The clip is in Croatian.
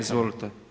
Izvolite.